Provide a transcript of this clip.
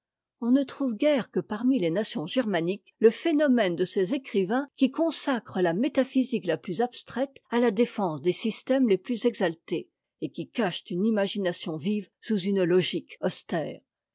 on ne trouve guère que parmi les nations germaniques le phénomène de ces écrivains qui consacrent la métaphysique la plus abstraite à la défense des systèmes les plus exaltés et qui cachent une imagination vive sous une logique austère